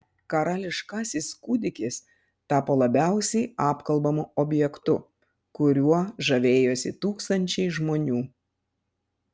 karališkasis kūdikis tapo labiausiai apkalbamu objektu kuriuo žavėjosi tūkstančiai žmonių